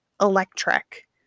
electric